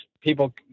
people